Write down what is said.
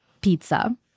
pizza